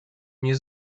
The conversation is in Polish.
nie